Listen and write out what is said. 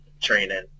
training